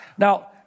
Now